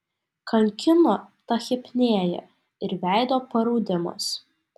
kankino tachipnėja ir veido paraudimas